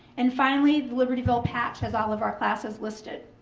and finally, the libertyville patch has all of our classes listed.